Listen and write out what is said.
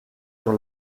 sur